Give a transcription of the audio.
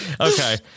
okay